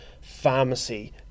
pharmacy